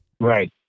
Right